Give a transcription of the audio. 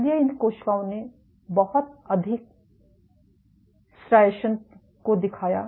इसलिए इन कोशिकाओं ने बहुत अधिक स्ट्राइएशन को दिखाया